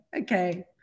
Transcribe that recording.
okay